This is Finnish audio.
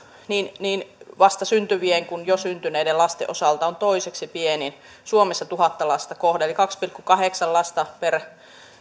on niin vasta syntyvien kuin jo syntyneiden lasten osalta toiseksi pienin suomessa tuhatta lasta kohden eli kaksi pilkku kahdeksan lasta per